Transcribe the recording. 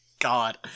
God